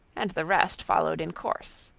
and the rest followed in course.